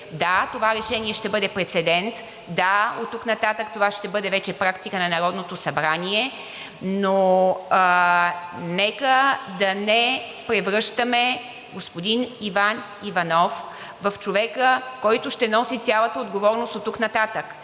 Да, това решение ще бъде прецедент. Да, оттук нататък това ще бъде вече практика на Народното събрание, но нека да не превръщаме господин Иван Иванов в човека, който ще носи цялата отговорност оттук нататък.